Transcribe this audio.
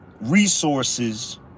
resources